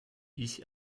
ich